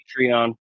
Patreon